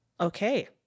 okay